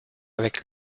avec